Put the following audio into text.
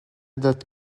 dot